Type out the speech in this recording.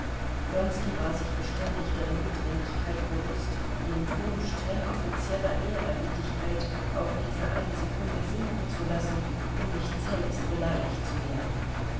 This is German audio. war sich beständig der notwendigkeit bewußt den ton streng offizieller ehrerbietigkeit auch nicht für eine sekunde sinken zu lassen um nicht selbst beleidigt zu werden